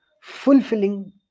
fulfilling